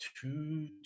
Two